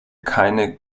keine